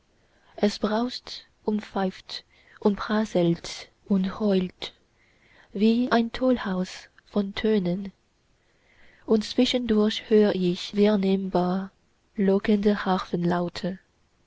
es braust und pfeift und prasselt und heult wie ein tollhaus von tönen und zwischendurch hör ich vernehmbar lockende harfenlaute